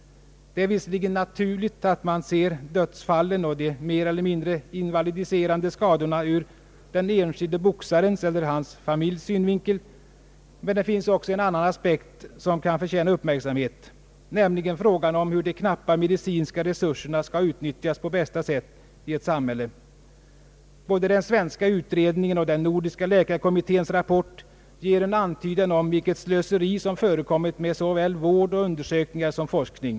Det är visserligen naturligt att man ser dödsfallen och de mer eller mindre invalidiserande skadorna ur den enskilde boxarens och hans familjs synvinkel, men det finns också en annan aspekt som förtjänar uppmärksamhet, nämligen frågan om hur de knappa medicinska resurserna skall utnyttjas på bästa sätt i ett samhälle. Både den svenska utredningen och den nordiska läkarkommitténs rapport ger en antydan om vilket slöseri som förekommit med såväl vård och undersökningar som forskning.